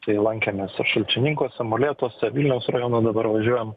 tai lankėmės ir šalčininkuose molėtuose vilniaus rajono dabar važiuojam